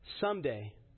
someday